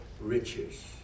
riches